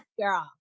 girl